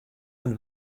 net